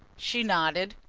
she nodded.